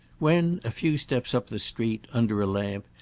when, a few steps up the street, under a lamp,